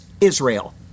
Israel